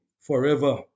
forever